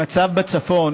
המצב בצפון